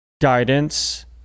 guidance